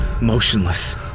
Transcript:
motionless